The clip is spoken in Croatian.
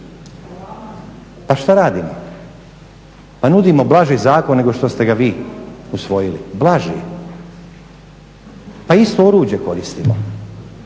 Pa šta radimo? Pa nudimo blaži zakon nego što ste ga vi usvojili, blaži. Pa isto oruđe koristimo.